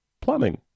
plumbing